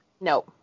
no